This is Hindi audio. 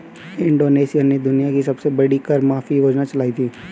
इंडोनेशिया ने दुनिया की सबसे बड़ी कर माफी योजना चलाई थी